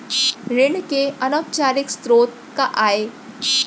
ऋण के अनौपचारिक स्रोत का आय?